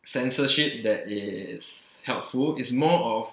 censorship that is helpful it's more of